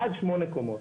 עד שמונה קומות.